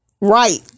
right